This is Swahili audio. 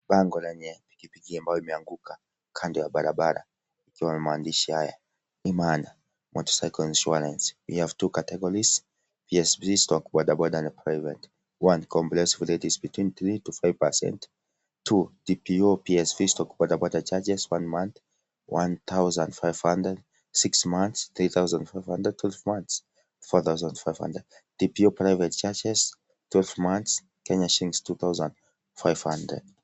Bango lenye picha ya pikipiki ambayo imeanguka kando ya barabara ikiwa na maandishi haya ; We have two categories PSV/Boda and Private . (1) Comprehensive rate is between 3 and 5% . (2) TPO PSV/ Boda Charges- 1 month Ksh. 1500, 6 months Ksh. 3500 , 12 months Ksh. 4500. (3) TPO Private Charges- 12 months Ksh. 2500.